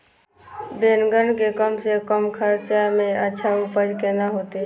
बेंगन के कम से कम खर्चा में अच्छा उपज केना होते?